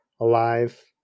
alive